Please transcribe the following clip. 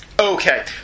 Okay